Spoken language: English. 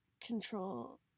control